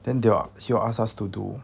then they will he'll ask us to do